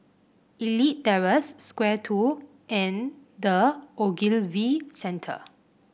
Elite Terrace Square Two and The Ogilvy Centre